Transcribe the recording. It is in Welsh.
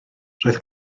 roedd